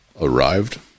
arrived